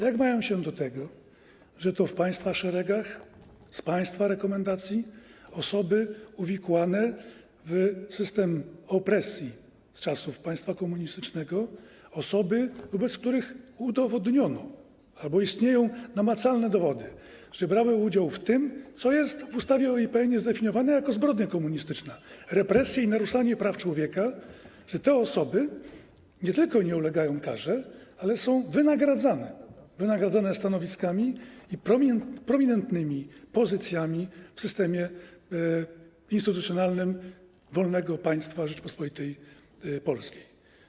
Jak mają się do tego, że to w państwa szeregach, z państwa rekomendacji osoby uwikłane w system opresji z czasów państwa komunistycznego, osoby, w przypadku których udowodniono albo istnieją namacalne dowody, że brały udział w tym, co jest w ustawie o IPN zdefiniowane jako zbrodnia komunistyczna - chodzi o represje i naruszanie praw człowieka - nie tylko nie ulegają karze, ale są wynagradzane stanowiskami i prominentnymi pozycjami w systemie instytucjonalnym wolnego państwa Rzeczypospolitej Polskiej?